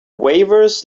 waivers